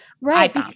Right